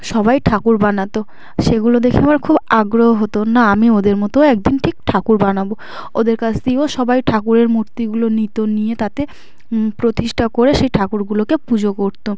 সবাই ঠাকুর বানাত সেগুলো দেখে আমার খুব আগ্রহ হতো না আমি ওদের মতো একদিন ঠিক ঠাকুর বানাব ওদের কাছ দিয়েও সবাই ঠাকুরের মূর্তিগুলো নিত নিয়ে তাতে প্রতিষ্ঠা করে সেই ঠাকুরগুলোকে পুজো করত